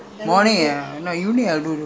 daily morning